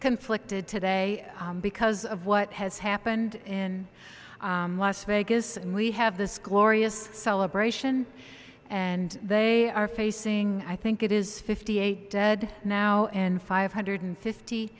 conflicted today because of what has happened in las vegas and we have this glorious celebration and they are facing i think it is fifty eight dead now and five hundred fifty